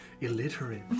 Illiterate